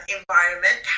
environment